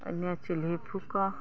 अहिने चुल्ही फूकऽ